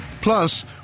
Plus